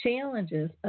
challenges